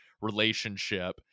relationship